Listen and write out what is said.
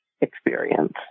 experience